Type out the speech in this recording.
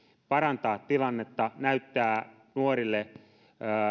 parantaa tilannetta näyttää nuorille